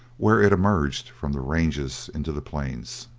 where it emerged from the ranges into the plains.